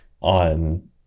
on